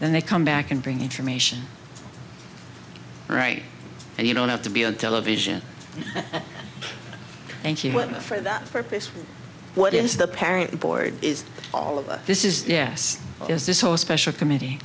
and they come back and bring information right and you don't have to be on television and he went for that purpose what is the parent board is all of this is yes is this or special committee